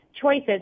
choices